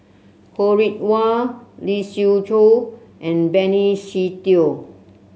Ho Rih Hwa Lee Siew Choh and Benny Se Teo